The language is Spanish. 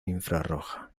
infrarroja